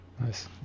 Nice